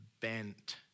bent